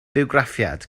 bywgraffiad